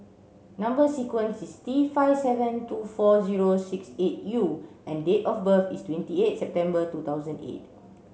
number sequence is T five seven two four zero six eight U and date of birth is twenty eight September two thousand eight